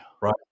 Right